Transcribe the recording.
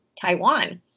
Taiwan